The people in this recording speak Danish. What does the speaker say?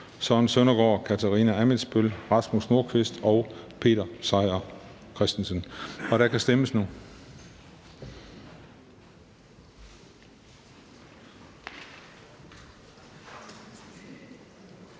Søren Søndergaard (EL), Katarina Ammitzbøll (KF), Rasmus Nordqvist (ALT) og Peter Seier Christensen (NB), og der kan stemmes nu.